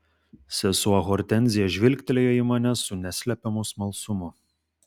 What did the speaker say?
sesuo hortenzija žvilgtelėjo į mane su neslepiamu smalsumu